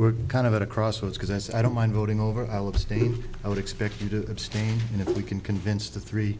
we're kind of at a crossroads because i don't mind voting over our state i would expect you to abstain and if we can convince the three